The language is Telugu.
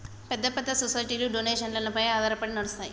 పెద్ద పెద్ద సొసైటీలు డొనేషన్లపైన ఆధారపడి నడుస్తాయి